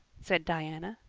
said diana.